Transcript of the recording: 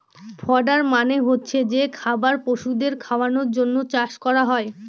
fodder মানে হচ্ছে যে খাবার পশুদের খাওয়ানোর জন্য চাষ করা হয়